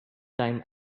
time